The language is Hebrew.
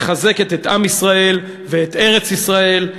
מחזקת את עם ישראל ואת ארץ-ישראל.